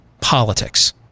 politics